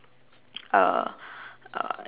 uh uh